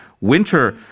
Winter